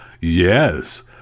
yes